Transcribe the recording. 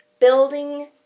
building